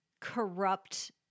corrupt